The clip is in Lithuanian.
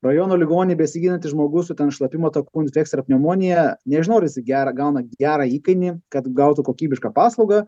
rajono ligoninėj besigydantis žmogus sų ten šlapimo takų infekcija ir pneumonija nežinau ar jisai gerą gauna gerą įkainį kad gautų kokybišką paslaugą